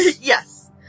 Yes